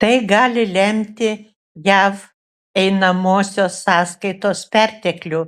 tai gali lemti jav einamosios sąskaitos perteklių